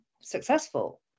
successful